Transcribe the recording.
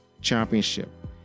championship